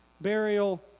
burial